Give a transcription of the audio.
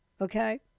Okay